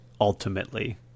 ultimately